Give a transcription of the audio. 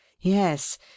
yes